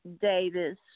Davis